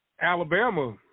Alabama